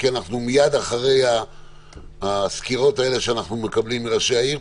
כי מייד אחרי הסקירות האלה שאנחנו מקבלים מראשי העיר,